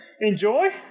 enjoy